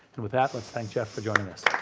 and with that, let's thank jeff for joining us.